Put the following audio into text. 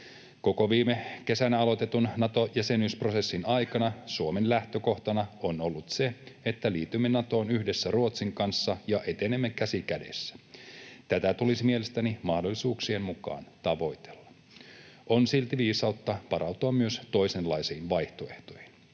Koko viime kesänä aloitetun Nato-jäsenyysprosessin aikana Suomen lähtökohtana on ollut se, että liitymme Natoon yhdessä Ruotsin kanssa ja etenemme käsi kädessä. Tätä tulisi mielestäni mahdollisuuksien mukaan tavoitella. On silti viisautta varautua myös toisenlaisiin vaihtoehtoihin.